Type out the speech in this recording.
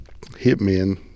hitmen